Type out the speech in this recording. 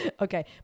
Okay